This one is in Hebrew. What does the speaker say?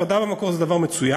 הפרדה במקור זה דבר מצוין,